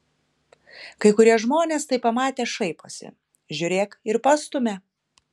kai kurie žmonės tai pamatę šaiposi žiūrėk ir pastumia